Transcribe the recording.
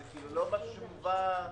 זה לא משהו שמובא בחזקתו.